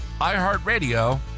iHeartRadio